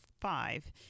five